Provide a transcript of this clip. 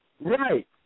Right